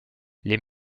les